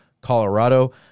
Colorado